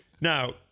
Now